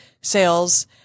sales